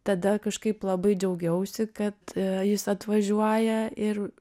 tada kažkaip labai džiaugiausi kad jis atvažiuoja ir